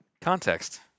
Context